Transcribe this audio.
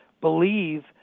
believe